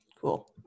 Cool